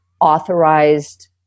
authorized